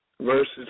versus